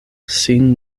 sin